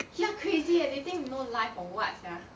ya crazy eh they think we no life or what sia